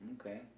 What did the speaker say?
Okay